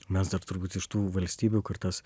mes dar turbūt iš tų valstybių kur tas